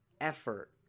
effort